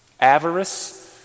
avarice